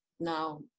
now